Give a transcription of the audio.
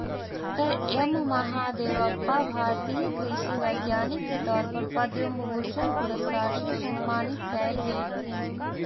डॉ M Mahadevappa भारतीय कृषि वैज्ञानिक के तौर पर पद्म भूषण पुरस्कार से सम्मानित कएल गेलथीन